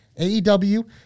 AEW